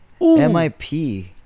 MIP